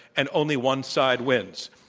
and only one side wins.